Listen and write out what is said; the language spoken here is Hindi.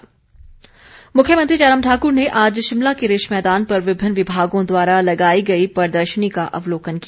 प्रदर्शनी मुख्यमंत्री जयराम ठाक्र ने आज शिमला के रिज मैदान पर विभिन्न विभागों द्वारा लगाई गई प्रदर्शनी का अवलोकन किया